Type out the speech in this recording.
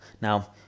Now